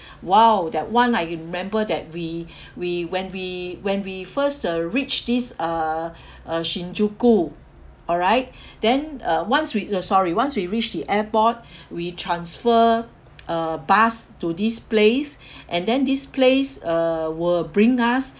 !wow! that [one] I remember that we we when we when we first uh reach this uh uh shinjuku all right then uh once we uh sorry once we reach the airport we transfer uh bus to this place and then this place uh will bring us